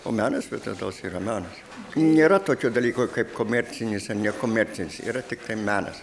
o menas visados yra menas nėra tokio dalyko kaip komercinis ar nekomercinis yra tiktai menas